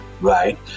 right